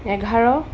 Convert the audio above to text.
এঘাৰ